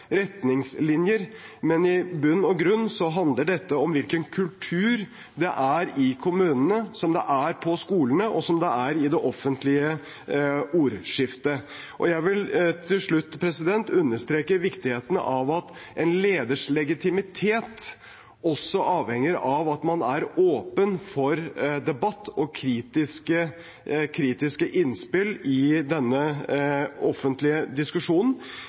retningslinjer, men i bunn og grunn handler dette om hvilken kultur det er i kommunene, på skolene og i det offentlige ordskiftet. Jeg vil til slutt understreke viktigheten av at en leders legitimitet også avhenger av at man er åpen for debatt og kritiske innspill i denne offentlige diskusjonen.